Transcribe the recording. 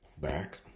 back